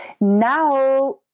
Now